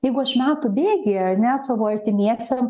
jeigu aš metų bėgyje ar ne savo artimiesiem